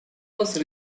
was